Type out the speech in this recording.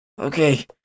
okay